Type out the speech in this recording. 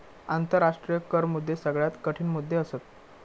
आंतराष्ट्रीय कर मुद्दे सगळ्यात कठीण मुद्दे असत